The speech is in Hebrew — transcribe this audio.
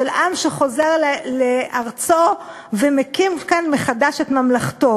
של עם שחוזר לארצו ומקים כאן מחדש את ממלכתו.